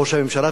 בראש הממשלה,